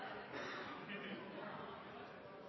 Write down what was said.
ni